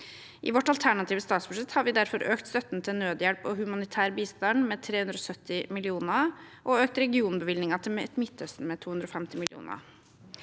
I vårt alternative statsbudsjett har vi derfor økt støtten til nødhjelp og humanitær bistand med 370 mill. kr og økt regionbevilgningen til Midtøsten med 250 mill. kr.